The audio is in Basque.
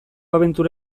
abentura